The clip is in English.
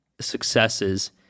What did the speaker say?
successes